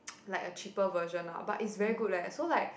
like a cheaper version lah but is very good leh so like